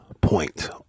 point